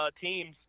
teams